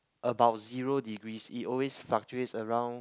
about zero degrees it always fluctuates around